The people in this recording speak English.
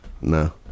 No